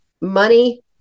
money